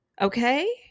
okay